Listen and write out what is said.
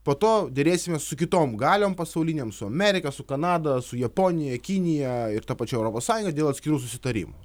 po to derėsimės su kitom galiom pasaulinėm su amerika su kanada su japonija kinija ir ta pačia europos sąjunga dėl atskirų susitarimų